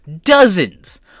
dozens